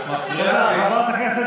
תודה, אלכס.